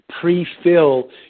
pre-fill